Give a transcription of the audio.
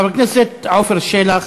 חבר הכנסת עפר שלח,